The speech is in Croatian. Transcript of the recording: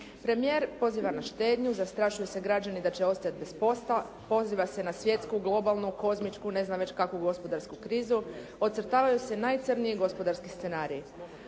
Premijer poziva na štednju, zastrašuju se građani da će ostati bez posla, poziva se na svjetsku globalnu, kozmičku, ne znam već kakvu gospodarsku krizu, ocrtavaju se najcrnji gospodarski scenariji.